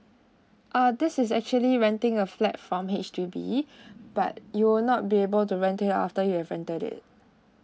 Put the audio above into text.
uh this is actually renting a flat from H_D_B but you will not be able to rent it out after you've rented it